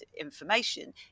information